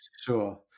Sure